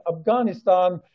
Afghanistan